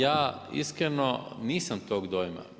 Ja iskreno nisam tog dojma.